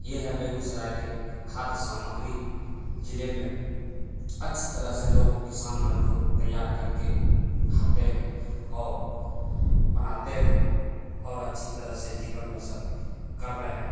ये है बेगूसराय के खाद्य सामग्री ज़िले में अच्छी तरह से लोग किसान मज़दूर तैयार करके खाते हैं और बनाते हैं और अच्छी तरह से जीवन बसर कर रहे हैं